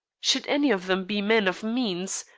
should any of them be men of means,